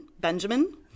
Benjamin